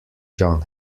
john